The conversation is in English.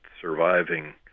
surviving